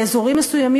באזורים מסוימים,